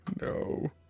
No